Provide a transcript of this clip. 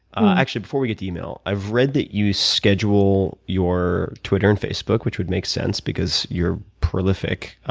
actually, before we get to email. i've read that you schedule your twitter and facebook which would make sense because you're prolific.